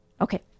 Okay